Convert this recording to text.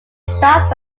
shot